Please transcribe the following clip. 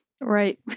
Right